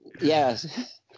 Yes